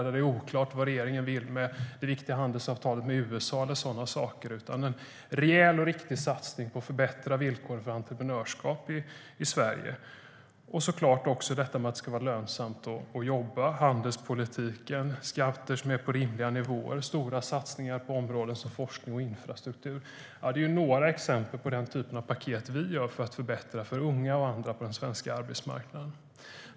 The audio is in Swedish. Det är oklart vad regeringen vill med det viktiga handelsavtalet med USA och så vidare. Det behövs en rejäl och riktig satsning på att förbättra villkoren för entreprenörskap i Sverige. Det ska såklart också vara lönsamt att jobba. Det handlar även om handelspolitiken, skatter som är på rimliga nivåer och stora satsningar på områden som forskning och infrastruktur. Detta är några exempel på den typ av paket som vi föreslår för att förbättra för unga och andra på den svenska arbetsmarknaden.